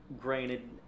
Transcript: Granted